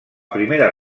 primera